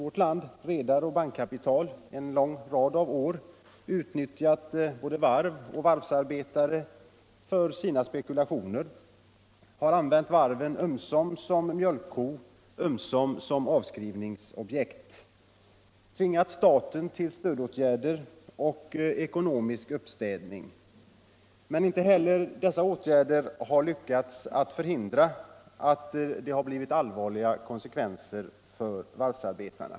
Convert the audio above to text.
Sedan redare och bankkapital i vårt land under en lång rad av år utnyttjat varven och varvsarbetarna för sina spekulationer och använt varven ömsom som mjölkko och ömsom som avskrivningsobjekt, tvingas staten till stödåtgärder och ekonomisk uppstädning. Men inte heller genom dessa åtgärder har man lyckats förhindra att det blivit allvarliga konsekvenser för varvsarbetarna.